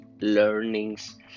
learnings